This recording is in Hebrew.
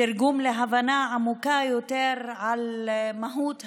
תרגום להבנה עמוקה יותר על מהות האדם,